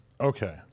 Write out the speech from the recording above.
okay